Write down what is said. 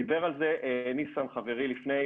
דיבר על זה ניסן חברי לפניי,